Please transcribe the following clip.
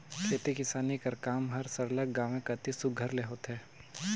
खेती किसानी कर काम हर सरलग गाँवें कती सुग्घर ले होथे